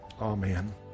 Amen